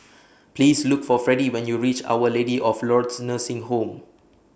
Please Look For Fredie when YOU REACH Our Lady of Lourdes Nursing Home